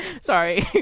Sorry